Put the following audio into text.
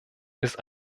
ist